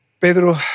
Pedro